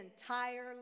entire